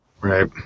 Right